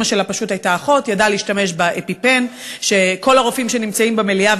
אימא שלה פשוט אחות וידעה להשתמש ב"אפיפן"; כל הרופאים שנמצאים במליאה,